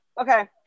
Okay